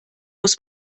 muss